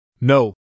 No